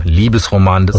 liebesroman